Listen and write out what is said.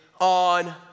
on